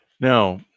now